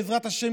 בעזרת השם,